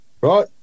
right